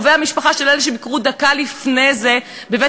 או קרובי המשפחה של אלה שהם ביקרו דקה לפני זה בבית-הספר,